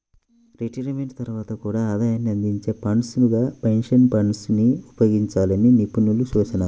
retirement తర్వాత కూడా ఆదాయాన్ని అందించే ఫండ్స్ గా పెన్షన్ ఫండ్స్ ని ఉపయోగించాలని నిపుణుల సూచన